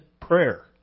prayer